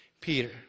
Peter